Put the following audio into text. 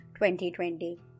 2020